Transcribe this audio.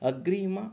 अग्रिम